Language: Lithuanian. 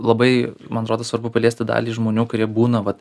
labai man atrodo svarbu paliesti dalį žmonių kurie būna vat